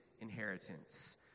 inheritance